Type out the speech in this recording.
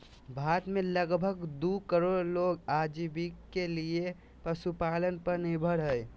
भारत में लगभग दू करोड़ लोग आजीविका के लिये पशुपालन पर निर्भर हइ